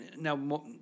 now